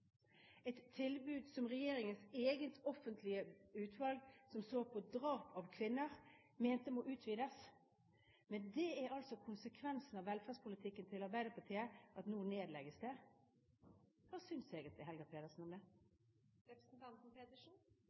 et ordentlig, dyptgående tilbud til voldelige psykiatriske pasienter i Norge, en type tilbud som regjeringens eget offentlige utvalg som så på drap av kvinner, mente måtte utvides. Men konsekvensen av velferdspolitikken til Arbeiderpartiet er altså at det nå nedlegges. Hva synes egentlig Helga Pedersen om